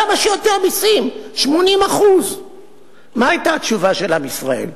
כמה שיותר מסים, 80%. מה היתה התשובה של עם ישראל?